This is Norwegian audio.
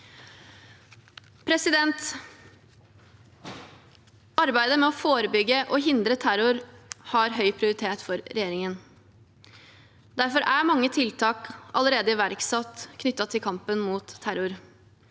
Arbeidet med å forebygge og hindre terror har høy prioritet for regjeringen. Derfor er mange tiltak allerede iverksatt knyttet til kampen mot terror,